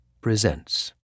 presents